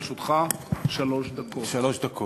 לרשותך שלוש דקות.